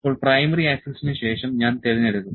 ഇപ്പോൾ പ്രൈമറി ആക്സിസിന് ശേഷം ഞാൻ തിരഞ്ഞെടുക്കും